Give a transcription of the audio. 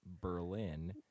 Berlin